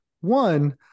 one